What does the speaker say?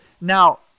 Now